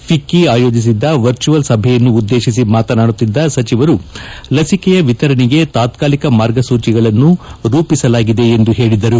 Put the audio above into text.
ಫಿಕ್ಕಿ ಆಯೋಜಿಸಿದ್ದ ವರ್ಚುವಲ್ ಸಭೆಯನ್ನು ಉದ್ಲೇತಿಸಿ ಮಾತನಾಡುತ್ತಿದ್ದ ಸಚಿವರು ಲಸಿಕೆಯ ವಿತರಣೆಗೆ ತಾತಾಲಿಕ ಮಾರ್ಗಸೂಚಿಗಳನ್ನು ರೂಪಿಸಲಾಗಿದೆ ಎಂದು ಹೇಳಿದರು